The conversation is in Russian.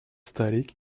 старик